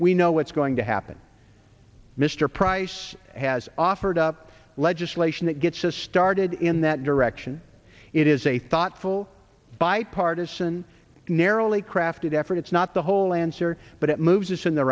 we know what's going to happen mr price has offered up legislation that gets us started in that direction it is a thoughtful bipartisan narrowly crafted effort it's not the whole answer but it moves us in the